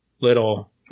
Little